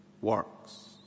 works